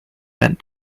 bent